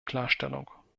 klarstellung